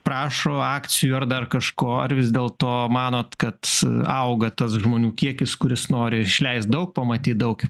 prašo akcijų ar dar kažko ar vis dėlto manot kad auga tas žmonių kiekis kuris nori išleist daug pamatyt daug